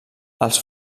els